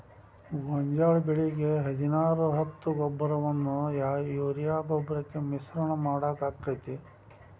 ಗೋಂಜಾಳ ಬೆಳಿಗೆ ಹದಿನಾರು ಹತ್ತು ಗೊಬ್ಬರವನ್ನು ಯೂರಿಯಾ ಗೊಬ್ಬರಕ್ಕೆ ಮಿಶ್ರಣ ಮಾಡಾಕ ಆಕ್ಕೆತಿ?